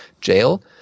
jail